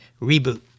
Reboot